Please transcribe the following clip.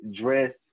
dress